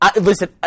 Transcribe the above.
Listen